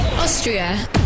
Austria